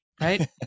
right